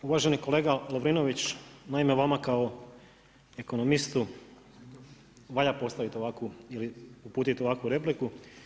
Uvaženi kolega Lovrinović, naime vama kao ekonomistu valja postaviti ovakvu ili uputiti ovakvu repliku.